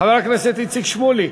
חבר הכנסת איציק שמולי.